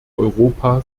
europa